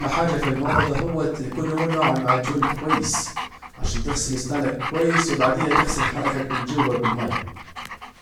أهم حاجة في الموضوع ده هون يكون نوع المعجون كويس عشان تغسل سنانك وبعديها تغسل حنكك من جوه بالمياه